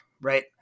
right